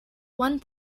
one